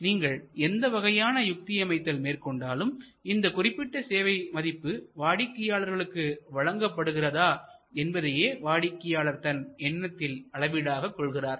நீங்கள் எந்த வகையான யுத்தி அமைத்தல் மேற்கொண்டாலும் இந்த குறிப்பிட்ட சேவை மதிப்பு வாடிக்கையாளர்களுக்கு வழங்கப்படுகிறதா என்பதையே வாடிக்கையாளர் தன் எண்ணத்தில் அளவீடாக கொள்கிறார்